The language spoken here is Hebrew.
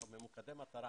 אנחנו ממוקדי מטרה.